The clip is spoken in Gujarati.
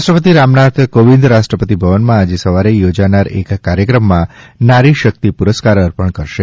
રાષ્ટ્રપતિ રામનાથ કોવિંદ રાષ્ટ્રપતિ ભવનમાં આજે સવારે યોજાનાર એક કાર્યક્રમમાં નારી શક્તિ પુરસ્કાર અર્પણ કરશે